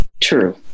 true